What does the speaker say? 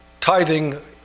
Tithing